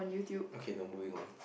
okay now moving on